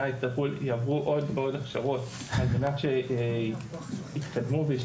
ושיעברו עוד ועוד הכשרות על מנת שיתקדמו וישתפרו.